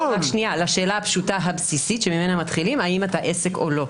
לשאלה הפשוטה הבסיסית שממנה מתחילים: האם אתה עסק או לא.